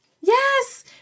Yes